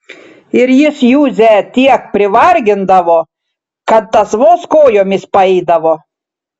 ir jis juzę tiek privargindavo kad tas vos kojomis paeidavo